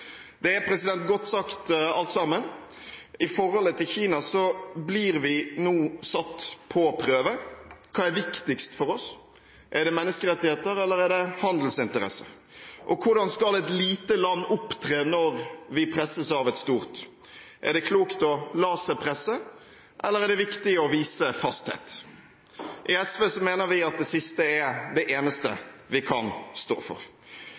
blir vi nå satt på prøve. Hva er viktigst for oss – er det menneskerettigheter eller er det handelsinteresser? Og hvordan skal et lite land opptre når vi presses av et stort – er det klokt å la seg presse, eller er det viktig å vise fasthet? I SV mener vi at det siste er det eneste vi kan stå for.